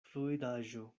fluidaĵo